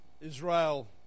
Israel